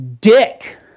dick